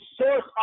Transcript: source